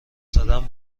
زدن